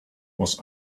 was